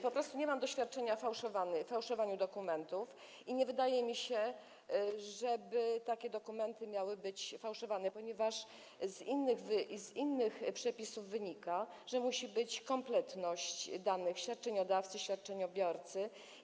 Po prostu nie mam doświadczenia w fałszowaniu dokumentów i nie wydaje mi się, żeby takie dokumenty miały być fałszowane, ponieważ z innych przepisów wynika, że muszą być kompletne dane świadczeniodawcy, świadczeniobiorcy.